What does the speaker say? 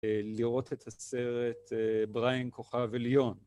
לראות את הסרט בראיין כוכב עליון.